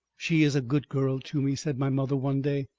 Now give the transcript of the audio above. she is a good girl to me, said my mother one day.